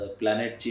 planet